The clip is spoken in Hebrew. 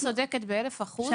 את כמובן צודקת באלף אחוז,